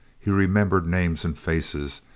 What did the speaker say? he remembered names and faces,